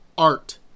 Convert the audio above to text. Art